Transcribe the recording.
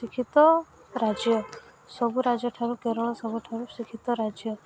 ଶିକ୍ଷିତ ରାଜ୍ୟ ସବୁ ରାଜ୍ୟ ଠାରୁ କେରଳ ସବୁଠାରୁ ଶିକ୍ଷିତ ରାଜ୍ୟ